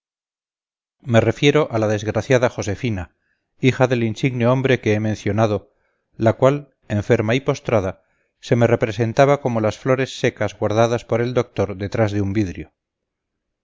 me refiero a la desgraciada josefina hija del insigne hombre que he mencionado la cual enferma y postrada se me representaba como las flores secas guardadas por el doctor detrás de un vidrio